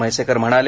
म्हैसेकर म्हणाले